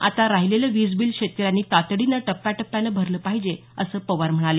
आता राहिलेलं वीजबिल शेतकऱ्यांनी तातडीनं टप्प्याटप्प्यानं भरलं पाहिजे असं पवार म्हणाले